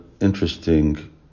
interesting